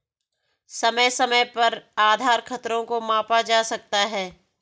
समय समय पर आधार खतरों को मापा जा सकता है